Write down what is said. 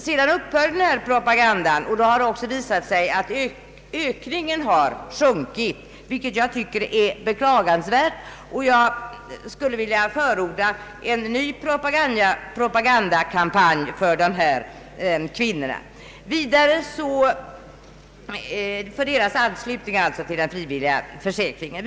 Sedan upphörde propagandan och det har också visat sig att ökningen avtagit, vilket jag tycker är beklagligt. Jag skulle vilja förorda en ny propagandakampanj för dessa kvinnors anslutning till den frivilliga försäkringen.